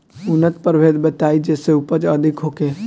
उन्नत प्रभेद बताई जेसे उपज अधिक होखे?